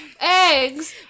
eggs